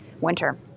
winter